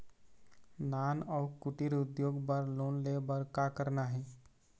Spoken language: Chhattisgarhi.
नान अउ कुटीर उद्योग बर लोन ले बर का करना हे?